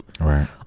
Right